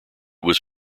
was